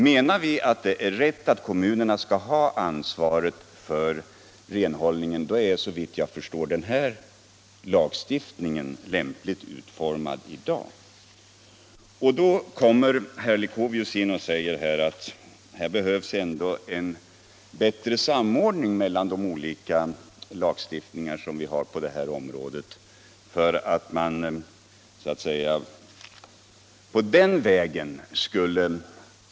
Menar vi att det är rätt att kommunerna har ansvaret för renhållningen är den nuvarande lagstiftningen såvitt jag förstår lämpligt utformad. Herr Leuchovius sade att det behövs en bättre samordning mellan de olika lagstiftningarna på detta område.